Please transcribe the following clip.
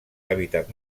hàbitats